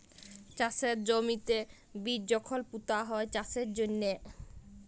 চাষের জমিতে বীজ যখল পুঁতা হ্যয় চাষের জ্যনহে